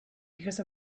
because